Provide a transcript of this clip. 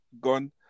gone